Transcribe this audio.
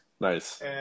Nice